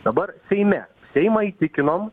dabar seime seimą įtikinom